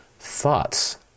Thoughts